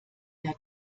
der